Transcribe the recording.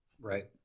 Right